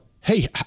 hey